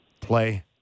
play